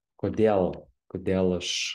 kodėl kodėl aš